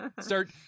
Start